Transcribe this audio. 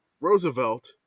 Roosevelt